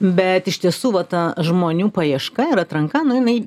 bet iš tiesų va ta žmonių paieška ir atranka nu jinai